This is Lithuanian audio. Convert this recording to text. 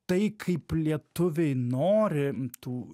tai kaip lietuviai nori tų